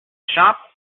shop